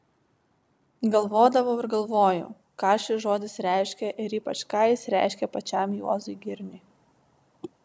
galvodavau ir galvoju ką šis žodis reiškia ir ypač ką jis reiškė pačiam juozui girniui